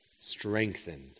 strengthened